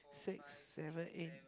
six seven eight